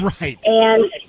Right